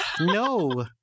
No